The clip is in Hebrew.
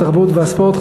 התרבות והספורט,